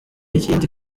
ikindi